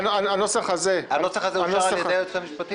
הנוסח הזה --- הנוסח הזה אושר על ידי היועצת המשפטית?